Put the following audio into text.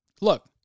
Look